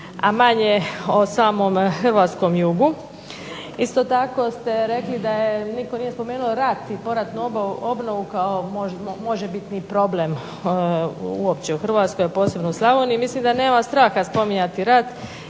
a manje o samom hrvatskom jugu. Isto tako ste rekli da nitko nije spomenuo rat i poratnu obnovu kao možebitni problem uopće u HRvatskoj, a posebno u Slavoniji. Mislim da nema straha spominjati rat